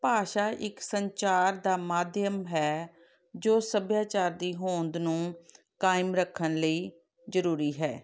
ਭਾਸ਼ਾ ਇੱਕ ਸੰਚਾਰ ਦਾ ਮਾਧਿਅਮ ਹੈ ਜੋ ਸੱਭਿਆਚਾਰ ਦੀ ਹੋਂਦ ਨੂੰ ਕਾਇਮ ਰੱਖਣ ਲਈ ਜ਼ਰੂਰੀ ਹੈ